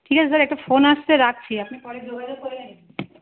ঠিক আছে স্যার একটা ফোন আসছে রাখছি আপনি পরে যোগাযোগ করে নেবেন